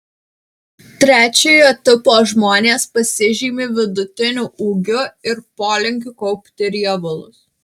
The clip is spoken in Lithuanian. trečiojo tipo žmonės pasižymi vidutiniu ūgiu ir polinkiu kaupti riebalus